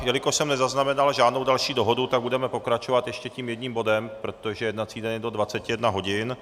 Jelikož jsem nezaznamenal žádnou další dohodu, tak budeme pokračovat ještě tím jedním bodem, protože jednací den je do 21 hodin.